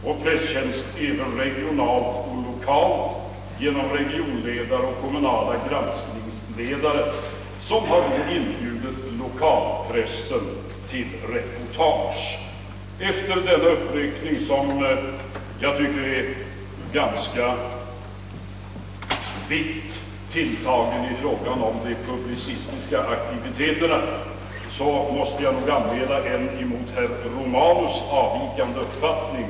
Även på det regionala och lokala planet har det anordnats en presstjänst med regionledare och kommunala granskningsledare, som har inbjudit lokalpressen för reportageändamål. Med hänvisning till denna uppräkning av de publicistiska aktiviteterna, som jag tycker varit ganska brett tilltagna, måste jag anmäla en mot herr Romanus avvikande uppfattning.